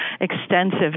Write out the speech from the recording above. extensive